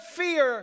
fear